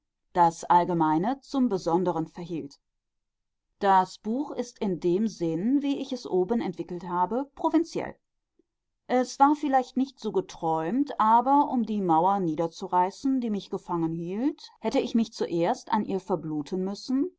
das allgemeine zum besonderen verhielt das buch ist in dem sinn wie ich es oben entwickelt habe provinziell es war vielleicht nicht so geträumt aber um die mauer niederzureißen die mich gefangen hielt hätte ich mich zuerst an ihr verbluten müssen